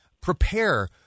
prepare